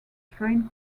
train